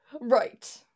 right